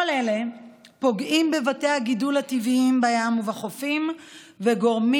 כל אלה פוגעים בבתי הגידול הטבעיים בים ובחופים וגורמים